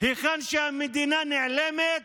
היכן שהמדינה נעלמת,